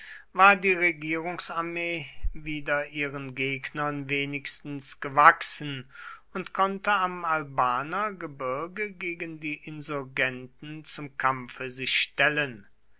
war die regierungsarmee wieder ihren gegnern wenigstens gewachsen und konnte am albaner gebirge gegen die insurgenten zum kampfe sich stellen